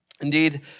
Indeed